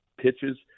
pitches